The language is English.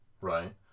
right